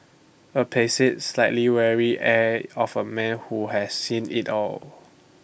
A placid slightly weary air of A man who has seen IT all